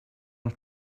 her